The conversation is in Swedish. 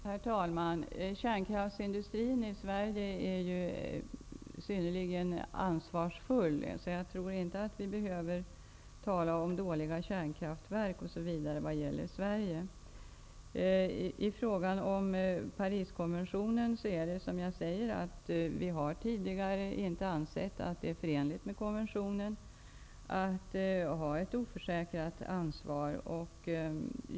Herr talman! Kärnkraftsindustrin i Sverige är ju synnerligen ansvarsfull. Jag tror inte att vi behöver tala om dåliga kärnkraftverk osv. när det gäller Vi har tidigare inte ansett det vara förenligt med Pariskonventionen att ha ett oförsäkrat ansvar.